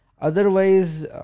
Otherwise